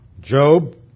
Job